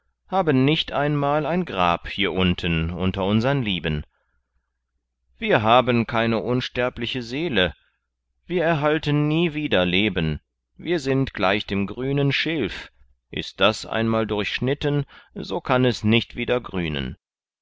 haben nicht einmal ein grab hier unten unter unsern lieben wir haben keine unsterbliche seele wir erhalten nie wieder leben wir sind gleich dem grünen schilf ist das einmal durchschnitten so kann es nicht wieder grünen